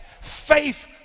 Faith